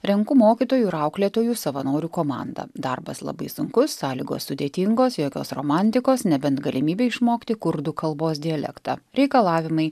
renku mokytojų ir auklėtojų savanorių komandą darbas labai sunkus sąlygos sudėtingos jokios romantikos nebent galimybė išmokti kurdų kalbos dialektą reikalavimai